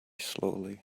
slowly